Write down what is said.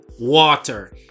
water